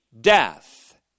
death